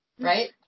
Right